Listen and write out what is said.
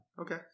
okay